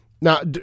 Now